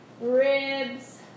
ribs